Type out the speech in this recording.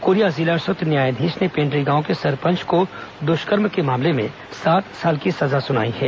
Korea जिला और सत्र न्यायाधीश ने पेंड्री गांव के सरपंच को द्ष्कर्म मामले में सात साल की सजा सुनाई है